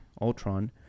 Ultron